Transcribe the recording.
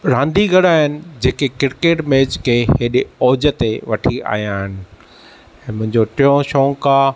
रांदीगर आहिनि जेके क्रिकेट मैच खे हेॾे ओजु ते वठी आया आहिनि मुंहिंजो टियों शौक़ु आ